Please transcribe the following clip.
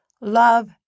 love